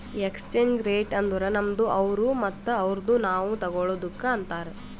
exchange rate ಅಂದುರ್ ನಮ್ದು ಅವ್ರು ಮತ್ತ ಅವ್ರುದು ನಾವ್ ತಗೊಳದುಕ್ ಅಂತಾರ್